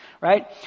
right